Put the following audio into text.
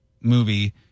movie